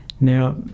Now